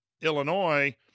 Illinois